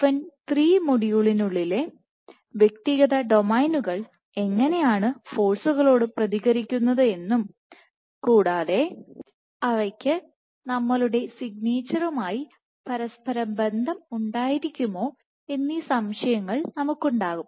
N 3 മൊഡ്യൂളിനുള്ളിലെ വ്യക്തിഗത ഡൊമെയ്നുകൾ എങ്ങനെയാണ് ഫോഴ്സുകളോട് പ്രതികരിക്കുന്നത് എന്നും കൂടാതെഅവയ്ക്ക്നമ്മളുടെ സിഗ്നേച്ചറുമായി പരസ്പര ബന്ധം ഉണ്ടായിരിക്കുമോ എന്നീ സംശയങ്ങൾ നമുക്കുണ്ടാകും